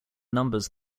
numbers